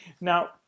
Now